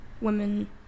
women